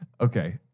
Okay